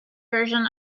version